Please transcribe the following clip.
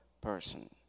person